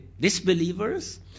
disbelievers